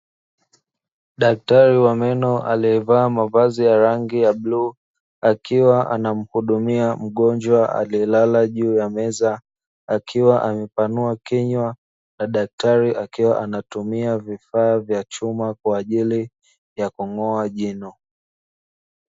Daktari wa meno aliyevaa mavazi ya rangi ya buluu akiwa anamuhudumia mgonjwa aliyelala juu ya meza, akiwa amepanua kinywa na daktari akiwa anatumia vifaa vya chuma kwa ajili ya kung'oa jino.